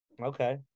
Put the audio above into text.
Okay